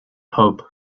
pope